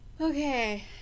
Okay